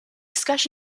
sketch